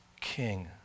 king